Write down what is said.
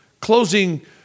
closing